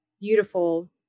beautiful